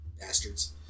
Bastards